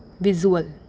visual